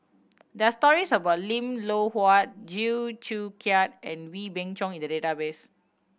there are stories about Lim Loh Huat Chew Joo Chiat and Wee Beng Chong in the database